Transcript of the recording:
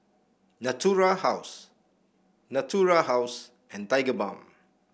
Natura House Natura House and Tigerbalm